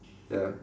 ya